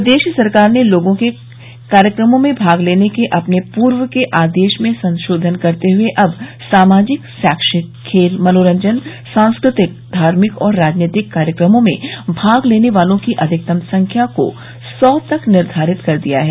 प्रदेश सरकार ने लोगों के कार्यक्रमों में भाग लेने के अपने पूर्व के आदेश में संशोधन करते हुए अब सामाजिक शैक्षिक खेल मनोरंजन सांस्कृतिक धार्मिक और राजनैतिक कार्यक्रमों में भाग लेने वाले लोगों की अधिकतम संख्या को सौ तक निर्धारित कर दिया है